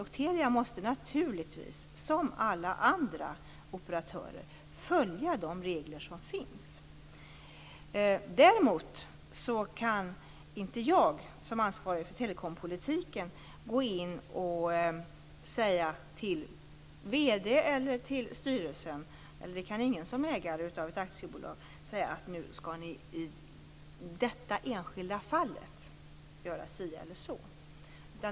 Naturligtvis måste Telia, liksom alla andra operatörer, följa de regler som finns. Däremot kan inte jag som ansvarig för telekompolitiken säga till vd eller till styrelsen - det kan ingen ägare av ett aktiebolag göra: Nu skall ni i detta enskilda fall göra si eller så.